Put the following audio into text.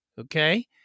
Okay